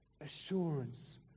assurance